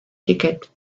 ticket